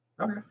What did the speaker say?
Okay